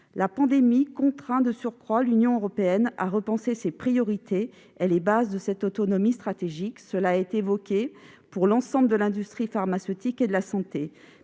La pandémie contraint de surcroît l'Union européenne à repenser ses priorités et les bases de cette autonomie stratégique. Cela a été souligné pour l'ensemble de l'industrie pharmaceutique et de la santé,